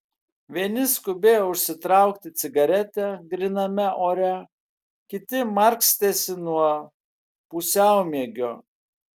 vieni skubėjo užsitraukti cigaretę gryname ore kiti markstėsi nuo pusiaumiegio